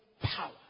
power